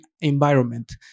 environment